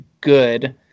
good